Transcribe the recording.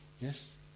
yes